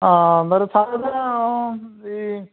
ആ അന്നേരം സാർ അത് ഈ